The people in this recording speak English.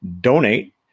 Donate